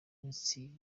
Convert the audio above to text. minsi